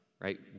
right